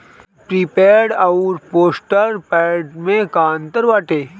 Prepaid अउर postpaid में का अंतर बाटे?